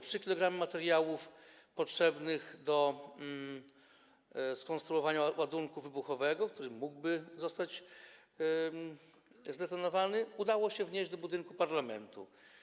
3 kg materiałów potrzebnych do skonstruowania ładunku wybuchowego, który mógłby zostać zdetonowany, udało się wnieść do budynku parlamentu.